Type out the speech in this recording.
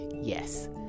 yes